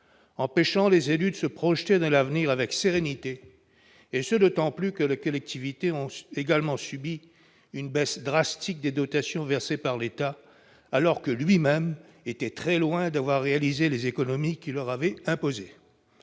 empêchant les élus de se projeter dans l'avenir avec sérénité, et ce d'autant plus que les collectivités ont également subi une baisse drastique des dotations versées par l'État, alors que lui-même était très loin d'avoir réalisé les économies qu'il leur avait imposées.